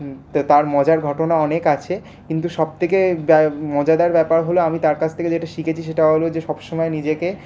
তার মজার ঘটনা অনেক আছে কিন্তু সবথেকে মজাদার ব্যাপার হল আমি তার কাছ থেকে যেটা শিখেছি সেটা হল যে সবসময় নিজেকে